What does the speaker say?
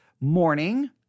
morning